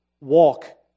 Walk